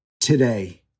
today